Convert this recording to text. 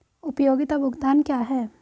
उपयोगिता भुगतान क्या हैं?